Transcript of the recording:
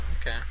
okay